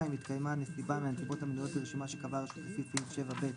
התקיימה נסיבה מהנסיבות המנויות ברשימה שקבעה הרשות לפי סעיף 7/ב',